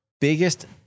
biggest